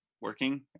working